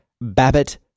Babbitt